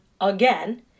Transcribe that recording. again